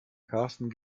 karsten